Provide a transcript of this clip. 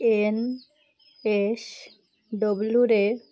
ଏନ୍ଏସ୍ଡବ୍ଲୁରେ